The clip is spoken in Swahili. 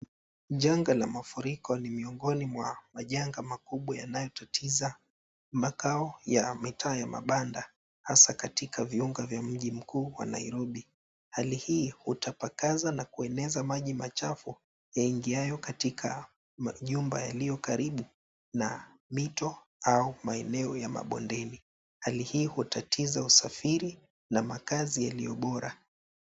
Janga la mafuriko ni miongoni mwa majanga makubwa yanayotatiza makao ya mitaa ya mabanda hasa katika viunga vya mji mkuu wa Nairobi. Hali hii hutapakaza na kueneza maji machafu yaingiayo katika jumba yaliyokaribu na mito au maeneo ya mabondeni. Hali hii hutatiza usafiri na makazi yaliyo bora.